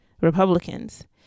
Republicans